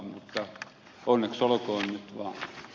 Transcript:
mutta onneksi olkoon nyt vaan